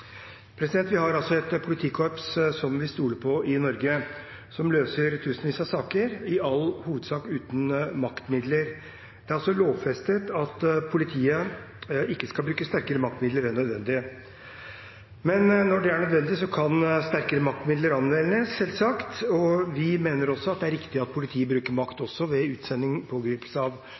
Vi har et politikorps som vi stoler på, i Norge, som løser tusenvis av saker, i all hovedsak uten maktmidler. Det er lovfestet at politiet ikke skal bruke sterkere maktmidler enn nødvendig. Når det er nødvendig, kan sterkere maktmidler anvendes, selvsagt, og vi mener også at det er riktig at politiet bruker makt også ved utsending og pågripelse av